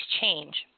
change